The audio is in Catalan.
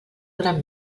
gran